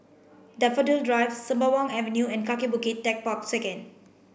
Daffodil Drive Sembawang Avenue and Kaki Bukit Techpark Second